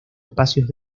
espacios